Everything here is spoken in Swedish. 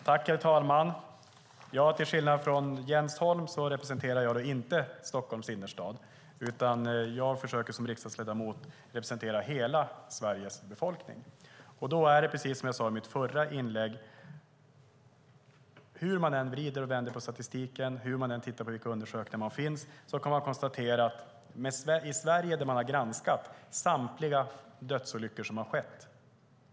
Herr talman! Till skillnad från Jens Holm representerar jag inte Stockholms innerstad, utan jag försöker som riksdagsledamot representera hela Sveriges befolkning. Det är precis som jag sade i mitt förra inlägg. Man kan vrida och vända på statistiken. Man kan titta på vilka undersökningar som finns. I Sverige har man granskat samtliga dödsolyckor som har skett.